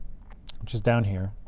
which is down here,